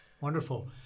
Wonderful